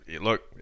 look